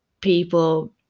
people